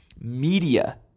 Media